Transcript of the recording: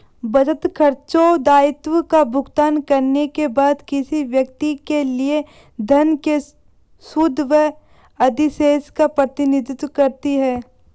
बचत, खर्चों, दायित्वों का भुगतान करने के बाद किसी व्यक्ति के लिए धन के शुद्ध अधिशेष का प्रतिनिधित्व करती है